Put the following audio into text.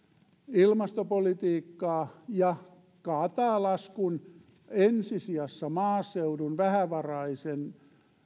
ilmastopolitiikkaa ja kaataa laskun ensi sijassa maaseudun vähävaraisen